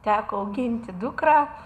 teko auginti dukrą